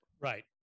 Right